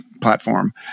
platform